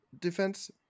defense